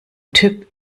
typ